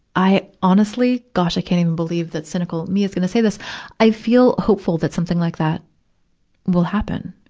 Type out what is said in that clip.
i honestly gosh, i can't even believe that cynical me is gonna say this i feel hopeful that something like that will happen.